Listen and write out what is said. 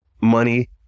money